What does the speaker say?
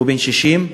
בן 60,